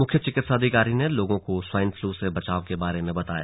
मुख्य चिकित्साधिकारी ने लोगों को स्वाइन फ्लू से बचाव के बारे में बताया